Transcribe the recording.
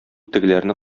тегеләрне